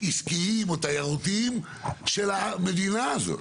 עסקיים או תיירותיים של המדינה הזאת.